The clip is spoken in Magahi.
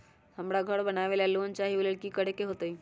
हमरा घर बनाबे ला लोन चाहि ओ लेल की की करे के होतई?